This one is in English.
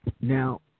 Now